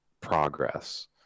progress